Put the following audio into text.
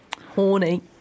Horny